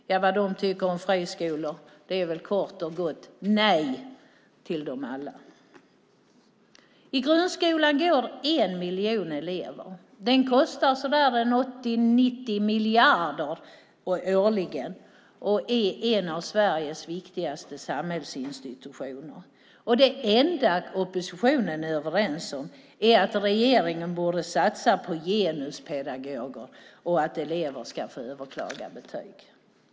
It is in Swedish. Ja, vad de tycker om friskolor är väl kort och gott nej till dem alla. I grundskolan går en miljon elever. Den kostar så där en 80-90 miljarder årligen och är en av Sveriges viktigaste samhällsinstitutioner. Och det enda oppositionen är överens om är att regeringen borde satsa på genuspedagoger och att elever ska få överklaga betyg.